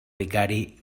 vicari